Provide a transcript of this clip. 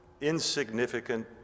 insignificant